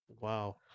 Wow